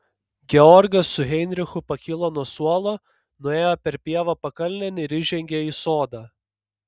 georgas su heinrichu pakilo nuo suolo nuėjo per pievą pakalnėn ir įžengė į sodą